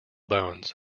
bones